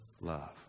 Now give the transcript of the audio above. love